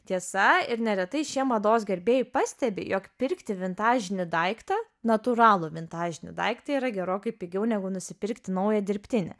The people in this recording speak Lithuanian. tiesa ir neretai šie mados gerbėjai pastebi jog pirkti vintažinį daiktą natūralų vintažinį daiktą yra gerokai pigiau negu nusipirkti naują dirbtinį